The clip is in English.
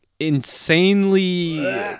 insanely